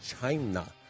China